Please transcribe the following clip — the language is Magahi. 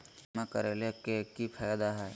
बीमा करैला के की फायदा है?